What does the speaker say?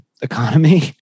economy